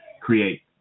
create